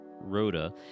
Rhoda